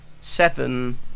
Seven